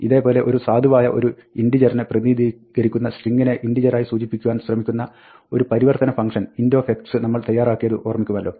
ഇതേപോലെ ഒരു സാധുവായ ഒരു ഇന്റിജെറിനെ പ്രതിനിധീകരിക്കുന്ന സ്ട്രിംഗിനെ ഇന്റിജെറായി സൂചിപ്പിക്കുവാൻ ശ്രമിക്കുന്ന ഒരു പരിവർത്തന ഫംഗ്ഷൻ int നമ്മൾ തയ്യാറാക്കിയത് ഓർക്കുമല്ലോ